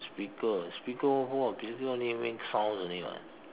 speaker speaker what for speaker only make sounds only [what]